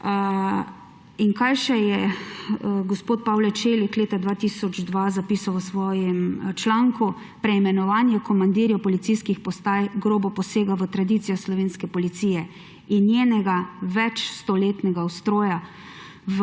In kaj je še gospod Pavle Čelik leta 2002 zapisal v svojem članku: »Preimenovanje komandirjev policijskih postaj grobo posega v tradicijo slovenske policije in njenega večstoletnega ustroja,